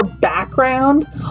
background